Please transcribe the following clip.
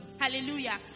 hallelujah